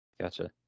Gotcha